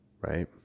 Right